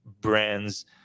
brands